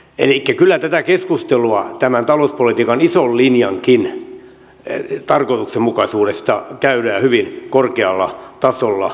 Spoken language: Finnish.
elikkä kyllä tätä keskustelua tämän talouspolitiikan ison linjankin tarkoituksenmukaisuudesta käydään hyvin korkealla tasolla